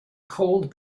cold